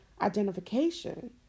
identification